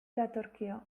datorkio